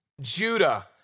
Judah